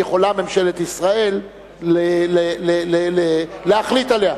יכולה ממשלת ישראל להחליט עליו.